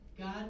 God